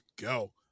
go